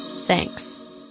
Thanks